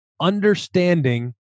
understanding